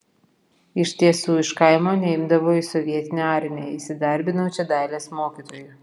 iš tiesų iš kaimo neimdavo į sovietinę armiją įsidarbinau čia dailės mokytoju